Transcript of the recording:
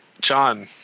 john